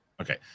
Okay